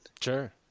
Sure